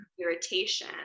irritation